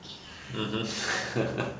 mmhmm